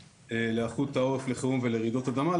להיערכות העורף לחירום ולרעידות אדמה,